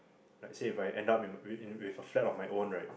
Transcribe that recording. let us say if I ended up in with a flat of my own right